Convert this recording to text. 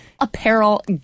Apparel